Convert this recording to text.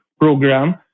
program